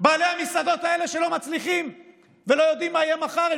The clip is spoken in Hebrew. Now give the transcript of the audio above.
בעלי המסעדות האלה לא מצליחים ולא יודעים מה יהיה מחר.